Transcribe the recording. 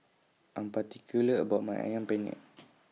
I Am particular about My Ayam Penyet